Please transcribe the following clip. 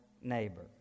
neighbor